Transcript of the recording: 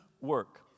work